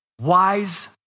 wise